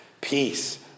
Peace